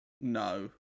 No